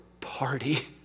party